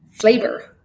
flavor